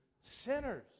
sinners